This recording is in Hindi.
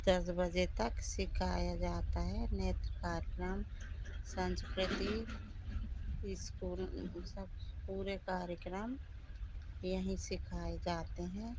दस बजे तक सिखाया जाता है नेत्र कार्यक्रम संस्कृति स्कूल सब पूरे कार्यक्रम यहीं सिखाए जाते हैं